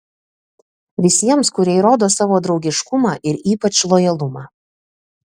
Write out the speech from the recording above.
visiems kurie įrodo savo draugiškumą ir ypač lojalumą